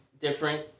different